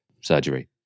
surgery